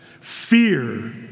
fear